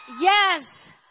Yes